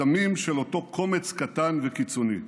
בכתמים של אותו קומץ קטן וקיצוני.